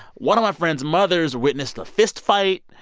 one of my friends' mothers witnessed a fist fight.